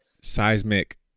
Seismic